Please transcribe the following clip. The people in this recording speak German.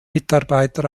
mitarbeiter